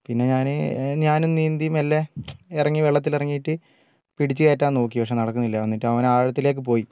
പിന്നെ ഞാന് ഞാനും നീന്തി മെല്ലെ ഇറങ്ങി വെള്ളത്തില് ഇറങ്ങിട്ട് പിടിച്ചുകയറ്റാന് നോക്കി പക്ഷെ നടക്കുന്നില്ല എന്നിട്ട് അവന് ആഴത്തിലേക്ക് പോയി